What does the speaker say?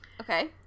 Okay